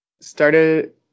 started